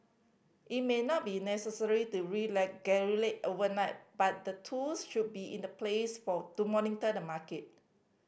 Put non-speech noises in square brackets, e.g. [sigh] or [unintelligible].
it may not be necessary to [unintelligible] overnight but the tools should be in the place for to monitor the market